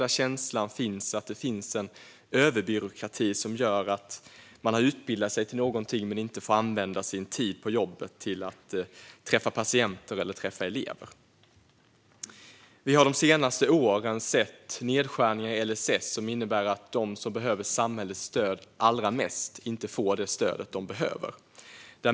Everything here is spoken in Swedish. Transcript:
Det finns en känsla av överbyråkrati. Människor har utbildat sig till någonting men får inte använda sin tid på jobbet till att träffa patienter eller elever. Vi har de senaste åren sett nedskärningar i LSS som innebär att de som behöver samhällets stöd allra mest inte får det stöd de behöver.